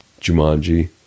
Jumanji